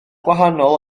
gwahanol